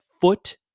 foot